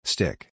Stick